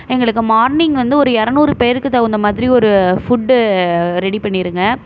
எங்களுக்கு மார்னிங் வந்து ஒரு இரநூறு பேருக்கு தகுந்த மாதிரி ஒரு ஃபுட்டு ரெடி பண்ணிடுங்க